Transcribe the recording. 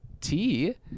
tea